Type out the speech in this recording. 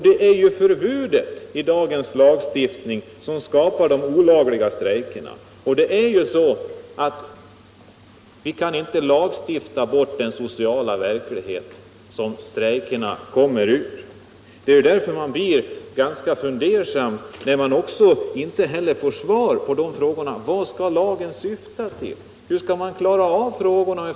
Det är ju förbudet i dagens lagstiftning mot lokala strejker som skapar de olagliga strejkerna. Vi kan inte lagstifta bort den sociala verklighet som strejkerna kommer ur. Jag har inte fått svar på frågan vad lagen syftar till, och det gör mig ganska fundersam.